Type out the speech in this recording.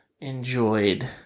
enjoyed